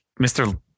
Mr